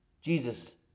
Jesus